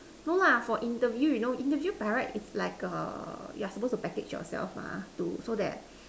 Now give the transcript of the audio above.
no lah for interview you know interview by right it's like a you are supposed to package yourself mah so that